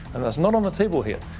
and that's not on the table here.